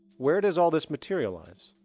where does all this materialize?